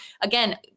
again